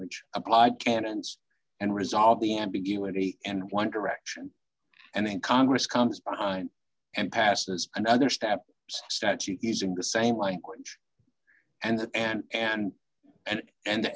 which applied canons and resolve the ambiguity and one direction and then congress comes behind and passes another step statute is in the same language and and and and and the